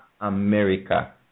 America